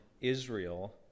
Israel